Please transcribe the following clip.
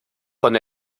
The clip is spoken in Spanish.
con